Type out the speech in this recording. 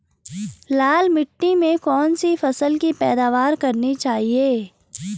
लाल मिट्टी में कौन सी फसल की पैदावार करनी चाहिए?